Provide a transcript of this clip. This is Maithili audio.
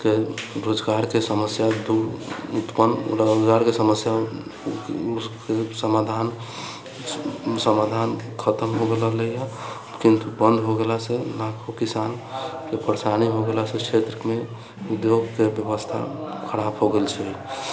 के रोजगारके समस्या दूर उत्पन्न रोजगारके समस्याके समाधान खतम हो गेलै हँ किन्तु बन्द हो गेलासँ लाखो किसानके परेशानी हो गेलासँ क्षेत्रमे उद्योगके बेबस्था खराब हो गेल छलै